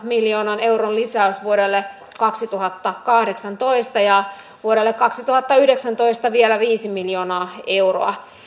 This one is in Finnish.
miljoonan euron lisäys vuodelle kaksituhattakahdeksantoista ja vuodelle kaksituhattayhdeksäntoista vielä viisi miljoonaa euroa